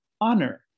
honor